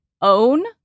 own